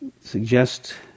suggest